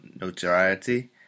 notoriety